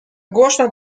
głośno